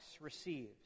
receives